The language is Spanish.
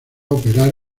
operar